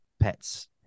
Pets